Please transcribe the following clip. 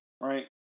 right